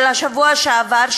של השבוע שעבר,